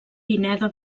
pineda